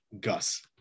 Gus